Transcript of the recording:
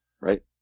right